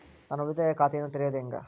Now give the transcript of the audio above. ನಾನು ಉಳಿತಾಯ ಖಾತೆಯನ್ನ ತೆರೆಯೋದು ಹೆಂಗ?